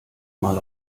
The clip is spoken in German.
mal